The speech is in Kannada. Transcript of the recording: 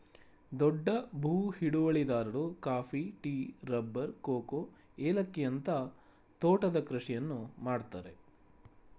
ದೊಡ್ಡ ಭೂ ಹಿಡುವಳಿದಾರರು ಕಾಫಿ, ಟೀ, ರಬ್ಬರ್, ಕೋಕೋ, ಏಲಕ್ಕಿಯಂತ ತೋಟದ ಕೃಷಿಯನ್ನು ಮಾಡ್ತರೆ